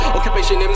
Occupation